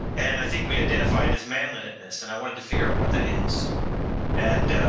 and i think, we identified as manliness and i want to figure out, what that is and